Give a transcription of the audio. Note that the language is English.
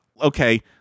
Okay